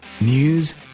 news